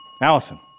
Allison